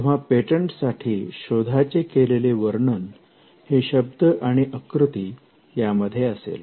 तेव्हा पेटंटसाठी शोधाचे केलेले वर्णन हे शब्द आणि आकृती यामध्ये असेल